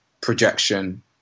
projection